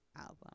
album